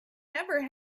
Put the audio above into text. never